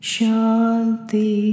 Shanti